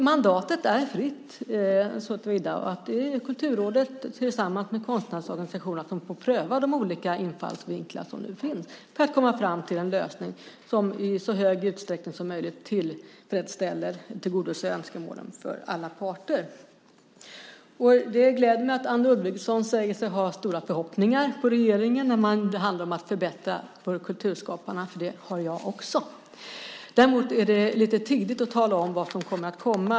Mandatet är fritt, såtillvida att det är Kulturrådet tillsammans med konstnärsorganisationerna som får pröva de olika infallsvinklar som finns för att komma fram till en lösning som i så stor utsträckning som möjligt tillfredsställer och tillgodoser önskemålen för alla parter. Det gläder mig att Anne Ludvigsson säger sig ha stora förhoppningar på regeringen när det handlar om att förbättra för kulturskaparna, för det har jag också. Däremot är det lite tidigt att tala om vad som kommer att komma.